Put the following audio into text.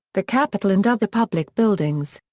the capitol and other public buildings.